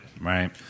Right